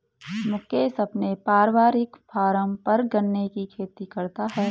मुकेश अपने पारिवारिक फॉर्म पर गन्ने की खेती करता है